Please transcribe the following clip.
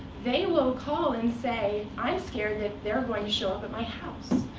they will call and say, i'm scared that they're going to show up at my house.